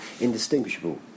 indistinguishable